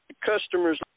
customers